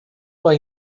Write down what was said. vai